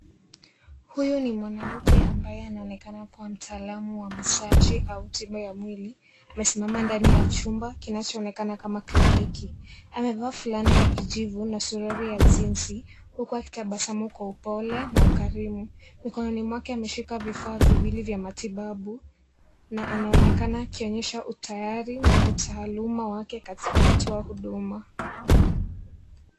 Huyu ni mwanamke ambaye anaonekana kuwa ni mtaalamu wa massagi au tiba ya mwili amesimama ndani ya chumba kinachoonekana kama cliniki , amevaa fulana ya kijivu na suruali ya jeans huku akitabasmu kwa upole na ukarimu, mkononi mwake ameshika vifaa viwili vya matibabu na anaonekana akionyesha utayari na utaaluma yake katika kutoa huduma.